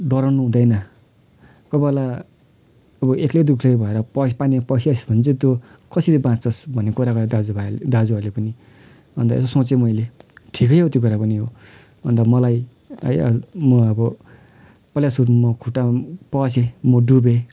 डराउनु हुँदैन कोही बेला अब एक्लैदुक्लै भएर पस पानीमा पसिस् भने चाहिँ तँ कसरी बाँच्छस् भन्ने कुरा गऱ्यो दाजुभाइहरूले दाजुहरूले पनि अन्त यसो सोचेँ मैले ठिकै हो त्यो कुरा पनि हो अन्त मलाई है म अब पहिला सुरु म खुट्टामा पसेँ म डुबेँ